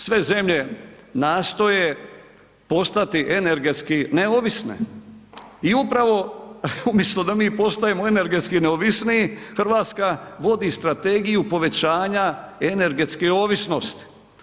Sve zemlje nastoje postati energetski neovisne i upravo umjesto da mi postajemo energetski neovisniji, Hrvatska vodi strategiju povećanja energetske ovisnosti.